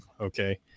okay